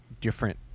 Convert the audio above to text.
different